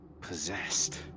possessed